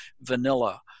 vanilla